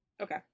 Okay